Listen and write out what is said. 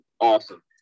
awesome